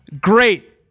Great